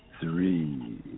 Three